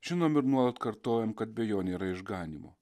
žinom ir nuolat kartojam kad be jo nėra išganymo